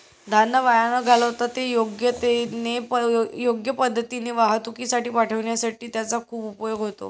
धान्य वाया न घालवता ते योग्य पद्धतीने वाहतुकीसाठी पाठविण्यासाठी त्याचा खूप उपयोग होतो